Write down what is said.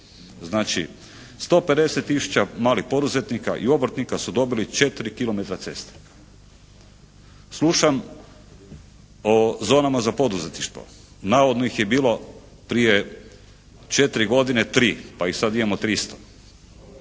Znači, 150 tisuća malih poduzetnika i obrtnika su dobili četiri kilometra ceste. Slušam o zonama za poduzetništvo. Navodno ih je bilo prije četiri godine tri, pa ih sad imamo